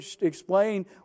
explain